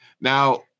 Now